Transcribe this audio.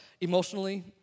Emotionally